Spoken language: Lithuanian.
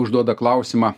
užduoda klausimą